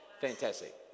Fantastic